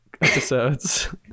episodes